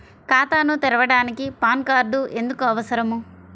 ఖాతాను తెరవడానికి PAN card ఎందుకు అవసరము?